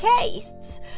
tastes